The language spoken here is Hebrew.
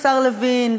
השר לוין,